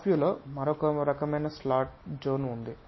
top view లో మరొక slot రకమైన జోన్ ఉంది